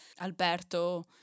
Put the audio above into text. Alberto